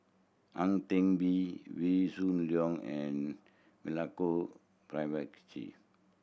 Ang Teck Bee Wee Shoo Leong and Milenko Prvacki